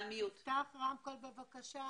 צהריים טובים.